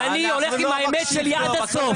אני הולך עם האמת שלי עד הסוף.